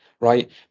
right